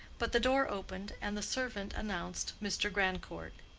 but the door opened, and the servant announced mr. grandcourt.